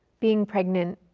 being pregnant,